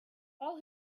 all